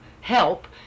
help